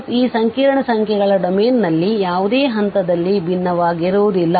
f ಈ ಸಂಕೀರ್ಣ ಸಂಖ್ಯೆಗಳ ಡೊಮೇನ್ನಲ್ಲಿ ಯಾವುದೇ ಹಂತದಲ್ಲಿ ಭಿನ್ನವಾಗಿರುವುದಿಲ್ಲ